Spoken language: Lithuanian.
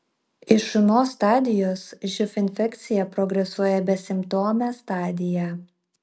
iš ūmios stadijos živ infekcija progresuoja į besimptomę stadiją